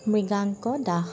Mriganka Das